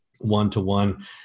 one-to-one